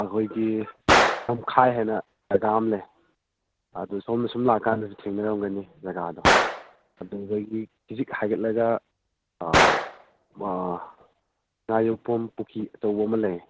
ꯑꯩꯈꯣꯏꯒꯤ ꯂꯝꯈꯥꯏ ꯍꯥꯏꯅ ꯖꯒꯥ ꯑꯃ ꯂꯩ ꯑꯗꯨ ꯁꯣꯝꯗ ꯁꯨꯝ ꯂꯥꯛ ꯀꯥꯟꯗꯁꯨ ꯊꯦꯡꯅꯔꯝꯒꯅꯤ ꯖꯒꯥꯗꯣ ꯑꯗꯨꯗꯒꯤ ꯈꯤꯖꯤꯛ ꯍꯥꯏꯒꯠꯂꯒ ꯉꯥ ꯌꯣꯛꯐꯝ ꯄꯨꯈ꯭ꯔꯤ ꯑꯆꯧꯕ ꯑꯃ ꯂꯩ